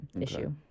issue